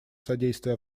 содействия